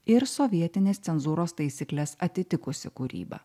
ir sovietinės cenzūros taisykles atitikusi kūryba